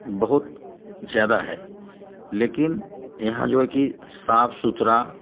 बहुत ज़्यादा है लेकिन यहाँ जो है कि साफ़ सुथरा